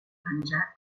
penjat